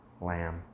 lamb